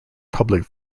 public